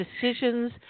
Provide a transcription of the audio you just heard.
decisions